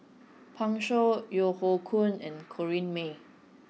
Pan Shou Yeo Hoe Koon and Corrinne May